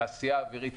תעשייה אווירית,